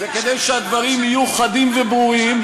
וכדי שהדברים יהיו חדים וברורים,